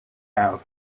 out